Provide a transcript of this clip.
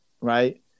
right